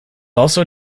also